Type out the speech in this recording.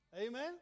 Amen